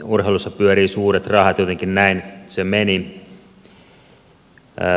urheilussa pyörii suuret rahat jotenkin näin se meni